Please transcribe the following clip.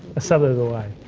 a suburb away.